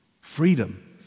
Freedom